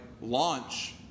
launch